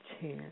chance